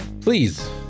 Please